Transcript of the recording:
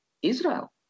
Israel